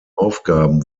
aufgaben